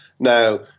Now